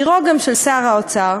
שהיא גם עירו של שר האוצר,